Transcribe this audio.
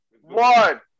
one